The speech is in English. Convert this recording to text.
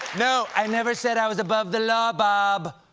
you know i never said i was above the law, bob.